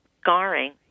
scarring